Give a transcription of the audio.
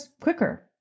quicker